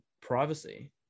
privacy